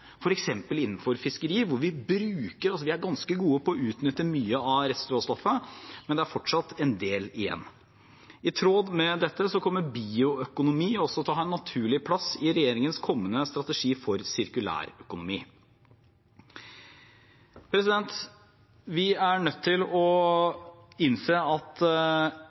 innenfor fiskeri, hvor vi er ganske gode på å utnytte mye av restråstoffet, men det er fortsatt en del igjen. I tråd med dette kommer bioøkonomi også til å ha en naturlig plass i regjeringens kommende strategi for sirkulær økonomi. Vi er nødt til å innse at